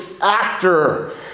actor